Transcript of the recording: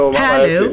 hello